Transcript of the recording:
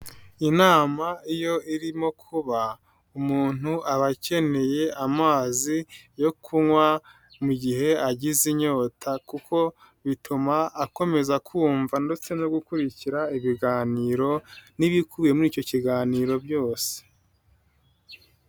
Inama iyo irimo kuba umuntu aba akeneye amazi yo kunywa mu gihe agize inyota kuko bituma akomeza kumva ndetse no gukurikira ibiganiro n'ibikubiye muri icyo kiganiro byose.